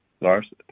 Lars